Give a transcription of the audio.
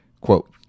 quote